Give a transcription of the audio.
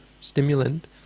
Stimulant